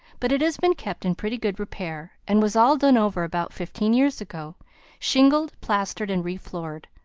but it has been kept in pretty good repair, and was all done over about fifteen years ago shingled, plastered and re-floored.